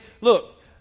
Look